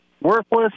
worthless